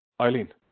Eileen